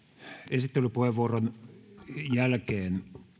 esittelypuheenvuoron jälkeen